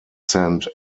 sent